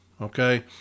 Okay